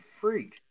Freak